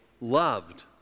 loved